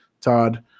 Todd